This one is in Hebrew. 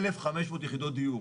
1,500 יחידות דיור,